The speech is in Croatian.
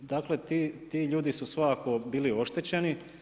Dakle, ti ljudi su svakako bili oštećeni.